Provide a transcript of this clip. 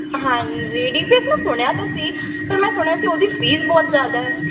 ਹਾਂਜੀ D P S ਮੈਂ ਸੁਣਿਆ ਤਾਂ ਸੀ ਪਰ ਮੈਂ ਸੁਣਿਆ ਸੀ ਉਹਦੀ ਫ਼ੀਸ ਬਹੁਤ ਜ਼ਿਆਦਾ ਹੈ